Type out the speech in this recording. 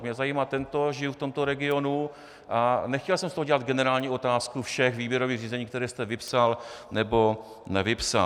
Mě zajímá tento, žiju v tomto regionu a nechtěl jsem z toho dělat generální otázku všech výběrových řízení, která jste vypsal nebo nevypsal.